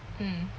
mm